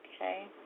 Okay